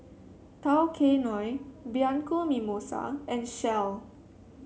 Tao Kae Noi Bianco Mimosa and Shell